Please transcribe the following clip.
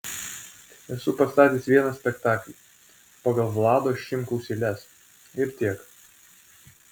esu pastatęs vieną spektaklį pagal vlado šimkaus eiles ir tiek